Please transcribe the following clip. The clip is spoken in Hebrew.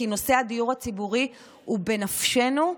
כי נושא הדיור הציבורי הוא בנפשנו,